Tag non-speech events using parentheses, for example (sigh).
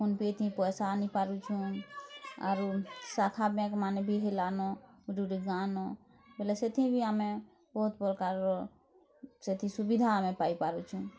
PhonePe (unintelligible) ପଇସା ଆଣି ପାରୁଛୁ ଆରୁ ଶାଖା ବ୍ୟାଙ୍କ୍ମାନେ ବି ହେଲାନୁ ଯୋଠୁଁ ଗାଁନୁ ବୋଲେ ସେଠି ବି ଆମେ ବହୁତ ପ୍ରକାରର ସେଥି ସୁବଧା ଆମେ ପାଇ ପାରୁଛୁଁ